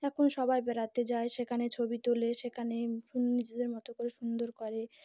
এখন সবাই বেড়াতে যায় সেখানে ছবি তোলে সেখানে নিজেদের মতো করে সুন্দর করে